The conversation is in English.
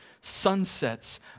sunsets